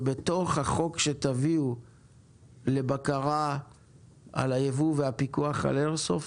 ובתוך החוק שתביאו לבקרה על הייבוא והפיקוח על איירסופט,